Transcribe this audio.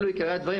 אלו עיקרי הדברים.